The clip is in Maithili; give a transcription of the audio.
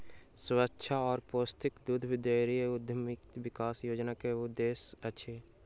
स्वच्छ आ पौष्टिक दूध डेयरी उद्यमिता विकास योजना के उद्देश्य अछि